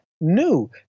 new